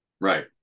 right